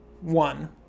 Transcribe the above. One